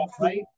right